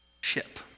ship